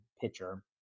pitcher